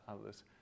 others